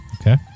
Okay